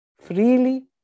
freely